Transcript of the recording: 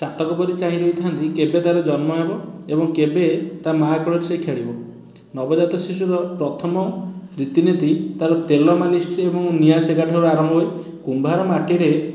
ଚାତକ ପରି ଚାହିଁ ରହିଥାନ୍ତି କେବେ ତା'ର ଜନ୍ମ ହେବ ଏବଂ କେବେ ତା ମା' କୋଳରେ ସେ ଖେଳିବ ନବଜାତ ଶିଶୁର ପ୍ରଥମ ରୀତିନୀତି ତା'ର ତେଲ ମାଲିସଟି ଆଉ ନିଆଁ ସେକାଠୁ ଆରମ୍ଭ କୁମ୍ଭାର ମାଟିରେ